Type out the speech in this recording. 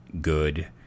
good